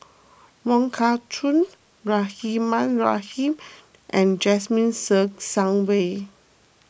Wong Kah Chun Rahimah Rahim and Jasmine Ser Xiang Wei